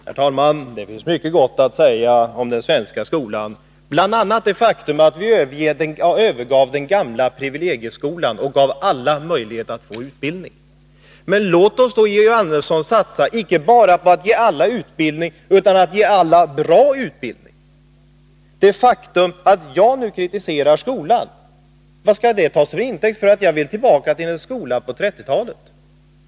Herr talman! Det finns mycket gott att säga om den svenska skolan, bl.a. att den inte längre är den gamla privilegieskolan, som vi övergav för att ge alla möjlighet att få utbildning. Men låt oss då, Georg Andersson, satsa icke bara på att ge alla utbildning, utan på att ge alla bra utbildning! Varför skall det faktum att jag nu kritiserar skolan tas till intäkt för att jag vill tillbaka till en skola på 1930-talet?